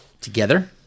Together